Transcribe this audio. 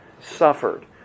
suffered